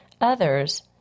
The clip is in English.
others